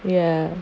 ya